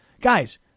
guys